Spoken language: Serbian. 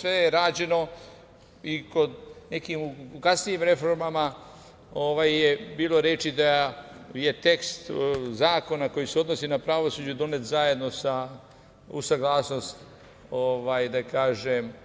Sve je rađeno i kod nekih kasnijih reformi bilo je reči da je tekst zakona koji se odnosi na pravosuđe donet zajedno uz saglasnosti